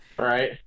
right